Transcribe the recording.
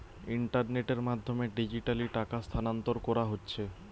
ইন্টারনেটের মাধ্যমে ডিজিটালি টাকা স্থানান্তর কোরা হচ্ছে